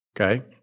Okay